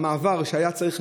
המעבר שהיה צריך,